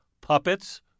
puppets